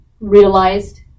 realized